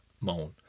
Moan